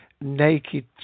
Naked